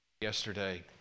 yesterday